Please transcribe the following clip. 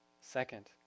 Second